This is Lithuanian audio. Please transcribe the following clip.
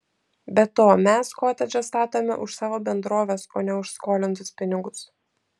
be to mes kotedžą statome už savo bendrovės o ne už skolintus pinigus